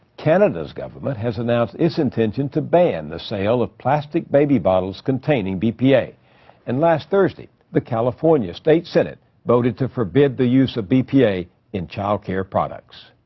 canada's government has announced its intention to ban the sale of plastic baby bottles containing bpa and last thursday, the california state senate voted to forbid the use of bpa in childcare products.